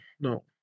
no